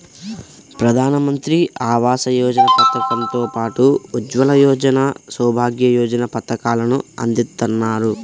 ప్రధానమంత్రి ఆవాస యోజన పథకం తో పాటు ఉజ్వల యోజన, సౌభాగ్య యోజన పథకాలను అందిత్తన్నారు